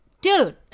dude